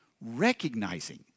recognizing